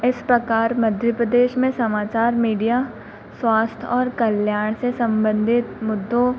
इस प्रकार मध्य प्रदेश में समाचार मीडिया स्वास्थ्य और कल्याण से सम्बन्धित मुद्दों